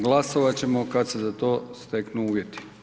Glasovat ćemo kada se za to steknu uvjeti.